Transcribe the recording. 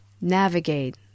navigate